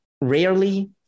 rarely